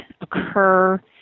occur